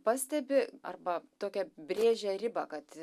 pastebi arba tokią brėžia ribą kad